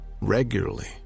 regularly